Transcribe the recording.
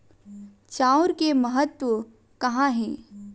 चांउर के महत्व कहां हे?